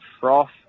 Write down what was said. froth